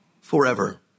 forever